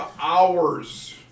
hours